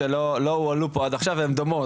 והן לא הועלו פה עד עכשיו והן די דומות,